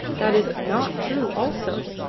that is not true also.